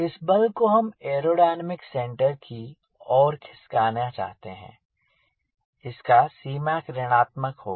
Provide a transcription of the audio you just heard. इस बल को हम एयरोडायनेमिक सेंटर की ओर खिसकाना चाहते हैं इसका Cmac ऋणात्मक होगा